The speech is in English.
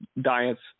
diets